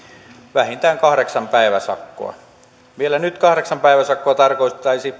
vähintään kahdeksan päiväsakkoa vielä nyt kahdeksan päiväsakkoa tarkoittaisi